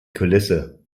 kulisse